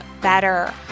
better